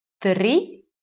three